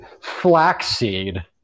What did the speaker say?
flaxseed